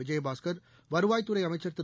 விஜயபாஸ்கர் வருவாய்த்துறை அமைச்சர் திரு